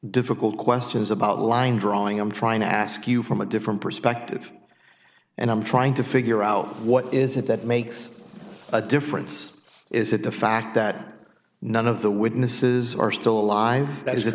difficult questions about line drawing i'm trying to ask you from a different perspective and i'm trying to figure out what is it that makes a difference is it the fact that none of the witnesses are still alive